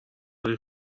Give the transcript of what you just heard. داری